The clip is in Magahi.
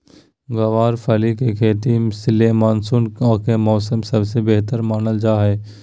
गँवार फली के खेती ले मानसून के मौसम सबसे बेहतर मानल जा हय